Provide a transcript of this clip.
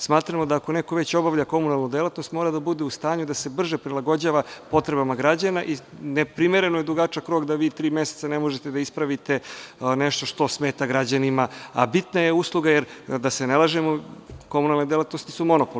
Smatramo da ako neko već obavlja komunalnu delatnost mora da bude u stanju da se brže prilagođava potrebama građana i neprimereno je dugačak rok da vi tri meseca ne možete da ispravite nešto što smeta građanima, a bitna je usluga, jer da se ne lažemo, komunalne delatnosti su monopol.